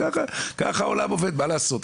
ככה העולם עובד, מה לעשות.